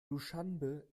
duschanbe